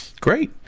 great